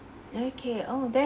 okay oh tha~